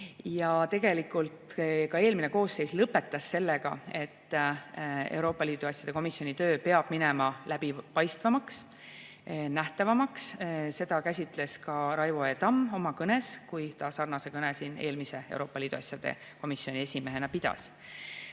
Tegelikult ka eelmine koosseis lõpetas sellega: leiti, et Euroopa Liidu asjade komisjoni töö peab minema läbipaistvamaks, nähtavamaks. Seda käsitles ka Raivo E. Tamm oma kõnes, kui ta pidas siin sarnase kõne eelmise Euroopa Liidu asjade komisjoni esimehena. Selleks,